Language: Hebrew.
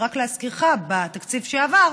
שרק להזכירך, בתקציב שעבר